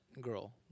girl